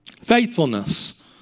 Faithfulness